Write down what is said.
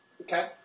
Okay